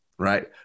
right